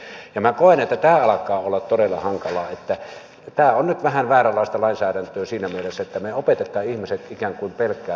minä koen että tämä alkaa olla todella hankalaa niin että tämä on nyt vähän vääränlaista lainsäädäntöä siinä mielessä että me opetamme ihmiset ikään kuin pelkäämään